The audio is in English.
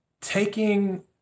taking